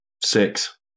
Six